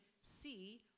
see